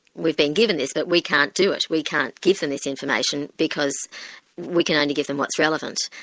we've been given this, but we can't do it, we can't give them this information because we can only give them what's relevant.